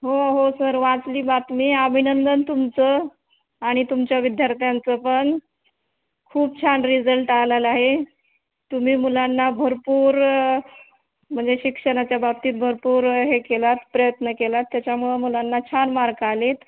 हो हो सर वाचली बातमी अभिनंदन तुमचं आणि तुमच्या विद्यार्थ्यांचं पण खूप छान रिझल्ट आलेला आहे तुम्ही मुलांना भरपूर म्हणजे शिक्षणाच्या बाबतीत भरपूर हे केलात प्रयत्न केलात त्याच्यामुळं मुलांना छान मार्क आले आहेत